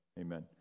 amen